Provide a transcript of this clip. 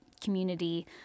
community